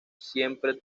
siempre